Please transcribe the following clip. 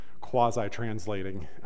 quasi-translating